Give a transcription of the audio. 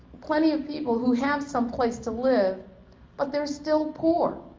plenty of people who have some place to live but they are still poor,